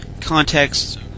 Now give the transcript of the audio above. context